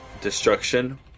Destruction